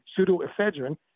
pseudoephedrine